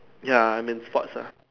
ya I'm in sports ah